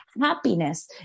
Happiness